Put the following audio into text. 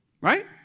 Right